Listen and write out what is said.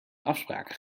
afspraken